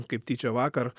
kaip tyčia vakar